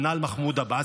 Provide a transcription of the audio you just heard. גנץ בנה על מחמוד עבאס,